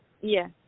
Yes